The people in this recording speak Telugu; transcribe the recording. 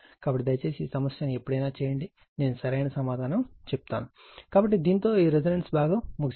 కాబట్టి దయచేసి ఈ సమస్యను ఎప్పుడైనా చేయండి నేను సరైన సమాధానం చెబుతాను కాబట్టి దీనితో ఈ రెసోనెన్స్ భాగం ముగిసింది